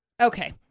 Okay